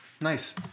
Nice